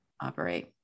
operate